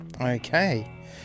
Okay